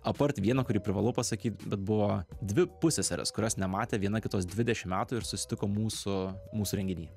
apart vieno kurį privalau pasakyt bet buvo dvi pusseserės kurios nematė viena kitos dvidešim metų ir susitiko mūsų mūsų renginy